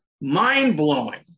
Mind-blowing